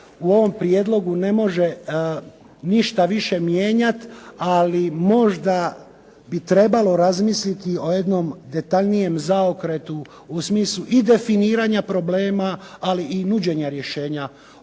u ovom prijedlogu ne može ništa više mijenjati ali možda bi trebalo razmisliti o jednom detaljnijem zaokretu u smislu i definiranja problema ali i nuđenja rješenja